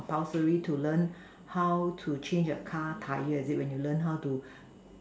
compulsory to learn how to change your car Tyre is it when you learn how to